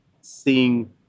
seeing